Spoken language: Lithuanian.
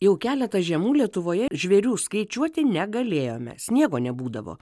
jau keletą žiemų lietuvoje žvėrių skaičiuoti negalėjome sniego nebūdavo